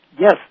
Yes